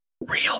Real